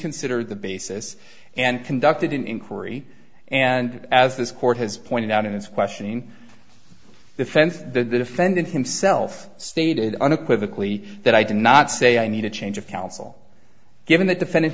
consider the basis and conducted an inquiry and as this court has pointed out in its questioning the fence the defendant himself stated unequivocally that i did not say i need a change of counsel given that defendant